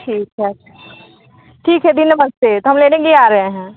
ठीक है ठीक है जी नमस्ते तो हम लेने के लिए आ रहे हैं